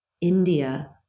India